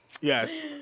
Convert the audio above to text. Yes